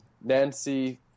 Nancy